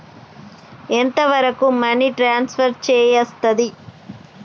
ఎంత వరకు money transfer చేయస్తది?